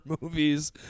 movies